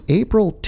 april